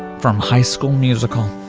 from high school musical.